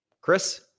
Chris